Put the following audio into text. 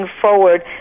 forward